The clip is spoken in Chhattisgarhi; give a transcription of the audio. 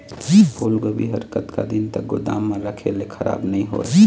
फूलगोभी हर कतका दिन तक गोदाम म रखे ले खराब नई होय?